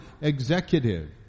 executive